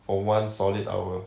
for one solid hour